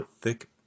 thick